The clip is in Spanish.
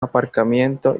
aparcamiento